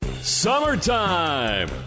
Summertime